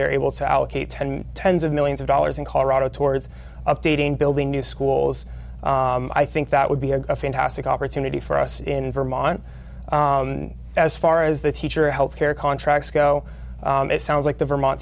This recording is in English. they're able to allocate ten tens of millions of dollars in colorado towards updating building new schools i think that would be a fantastic opportunity for us in vermont as far as the teacher health care contracts go sounds like the vermont